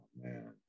Man